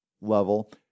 level